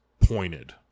pointed